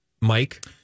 Mike